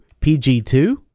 pg2